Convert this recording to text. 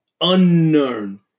unknown